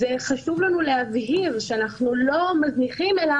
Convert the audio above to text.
חשוב לנו להבהיר שאנחנו לא מזניחים אלא